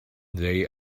they